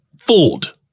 fooled